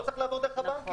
לא צריך לעבור דרך הבנקים.